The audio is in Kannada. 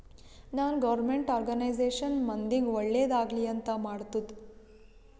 ನಾನ್ ಗೌರ್ಮೆಂಟ್ ಆರ್ಗನೈಜೇಷನ್ ಮಂದಿಗ್ ಒಳ್ಳೇದ್ ಆಗ್ಲಿ ಅಂತ್ ಮಾಡ್ತುದ್